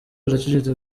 aracecetse